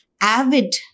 avid